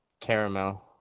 Caramel